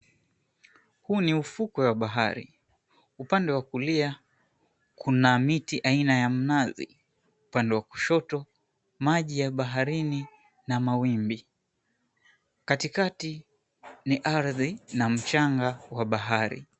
Huu ni ufukwe wa bahari. Upande wa kulia kuna miti aina ya mnazi. Upande wa kushoto maji ya baharini na mawimbi. Katikati ni ardhi na mchanga wa bahari.